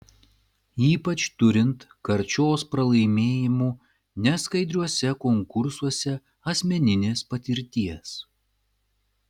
ypač turint karčios pralaimėjimų neskaidriuose konkursuose asmeninės patirties